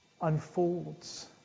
unfolds